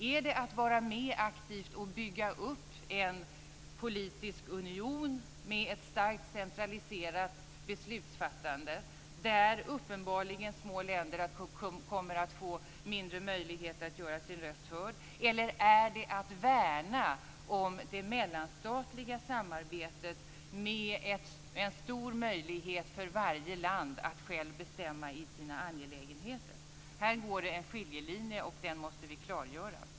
Är det att vara med aktivt och bygga upp en politisk union med ett starkt centraliserat beslutsfattande där uppenbarligen små länder kommer att få mindre möjligheter att göra sin röst hörd eller är det att värna om det mellanstatliga samarbetet, med en stor möjlighet för varje land att självt bestämma i sina angelägenheter? Här går det en skiljelinje och den måste vi klargöra.